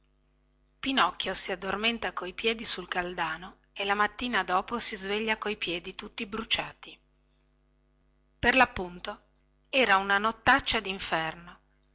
pinocchio si addormenta coi piedi sul caldano e la mattina dopo si sveglia coi piedi tutti bruciati per lappunto era una nottataccia dinferno